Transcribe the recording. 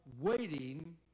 waiting